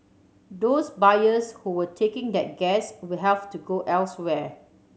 those buyers who were taking that gas will have to go elsewhere